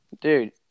dude